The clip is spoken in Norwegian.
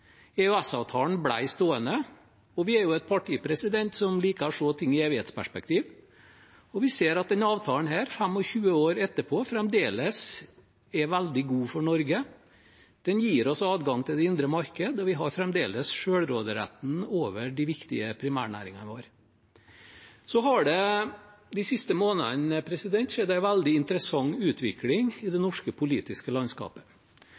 stående. Vi er et parti som liker å se ting i evighetsperspektiv, og vi ser at denne avtalen 25 år etterpå fremdeles er veldig god for Norge. Den gir oss adgang til det indre marked, og vi har fremdeles selvråderetten over de viktige primærnæringene våre. Det har de siste månedene skjedd en veldig interessant utvikling i det norske politiske landskapet.